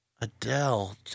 Adele